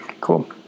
Cool